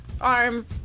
arm